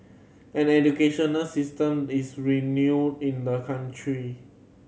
an educational system is renowned in the country